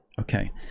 Okay